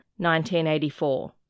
1984